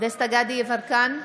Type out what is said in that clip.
דסטה גדי יברקן,